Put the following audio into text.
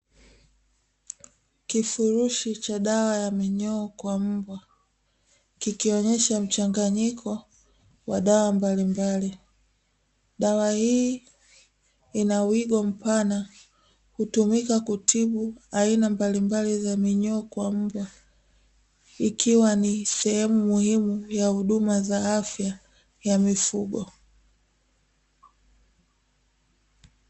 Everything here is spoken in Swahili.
kifurushi cha dawa ya minyoo kwa mbwa kikionyesha mchanganyiko wa dawa mbalimbali, dawa hii ina wigo mpana hutumika kutibu aina mbalimbali za minyoo kwa mbwa ikiwa ni sehemu muhimu ya huduma za afya ya mifugo.